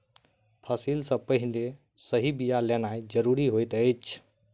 फसिल सॅ पहिने सही बिया लेनाइ ज़रूरी होइत अछि